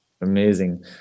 amazing